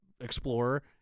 Explorer